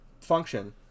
function